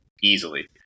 easily